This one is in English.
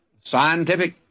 scientific